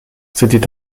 c’était